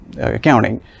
accounting